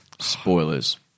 Spoilers